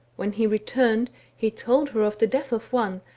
when he returned he told her of the death of one,